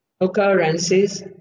occurrences